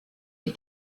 est